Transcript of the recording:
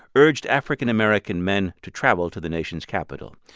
urged african-american men to travel to the nation's capital.